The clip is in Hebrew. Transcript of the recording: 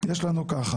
יש לנו ככה: